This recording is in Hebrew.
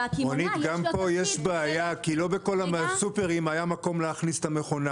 גם פה יש בעיה כי לא בכל הסופרים היה מקום להכניס את המכונה